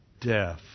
death